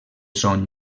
son